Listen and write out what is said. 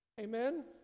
amen